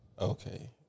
Okay